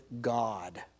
God